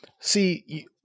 see